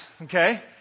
okay